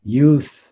youth